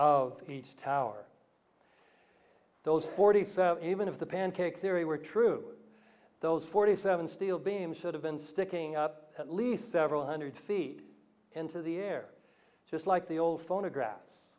of each tower those forty so even if the pancake theory were true those forty seven steel beams should have been sticking up at least several hundred feet into the air just like the old phonographs